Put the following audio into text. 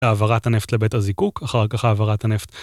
העברת הנפט לבית הזיקוק, אחר כך העברת הנפט.